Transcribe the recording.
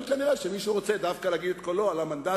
אבל מישהו כנראה דווקא רוצה להגיד את קולו על המנדטים.